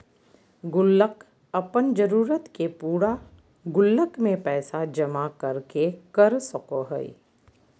गुल्लक अपन जरूरत के पूरा गुल्लक में पैसा जमा कर के कर सको हइ